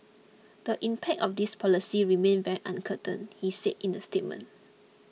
the impact of these policies remains very uncertain he said in the statement